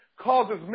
causes